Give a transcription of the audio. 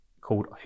Called